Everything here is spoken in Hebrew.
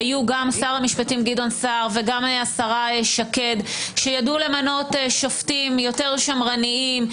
היו גם שר המשפטים וגם השרה שקד שידעו למנות שופטים יותר שמרניים,